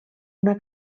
una